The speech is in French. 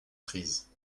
prise